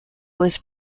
was